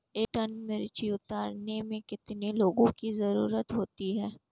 एक टन मिर्ची उतारने में कितने लोगों की ज़रुरत होती है?